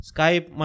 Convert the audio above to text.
Skype